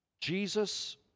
Jesus